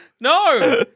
No